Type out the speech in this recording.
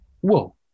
Whoa